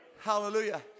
Hallelujah